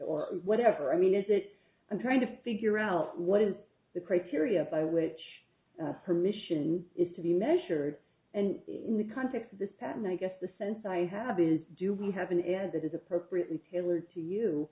or whatever i mean is it i'm trying to figure out what is the criteria by which permission is to be measured and in the context of this patent i guess the sense i have is do we have an error that is appropriately tailored to you